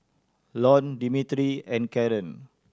Lorne Demetri and Karon